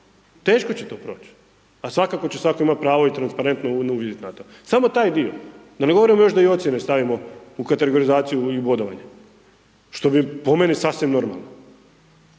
Teško će to proć, a svakako će svatko imati pravo i transparentno uviditi na to, samo taj dio, da ne govorimo još da i ocjenu stavimo u kategorizaciju i bodovanje, što bi, po meni, sasvim normalno.